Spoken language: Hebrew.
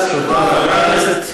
אסור שיצא מכרז שיווק.